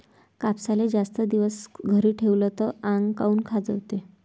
कापसाले जास्त दिवस घरी ठेवला त आंग काऊन खाजवते?